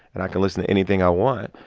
and i can listen to anything i want.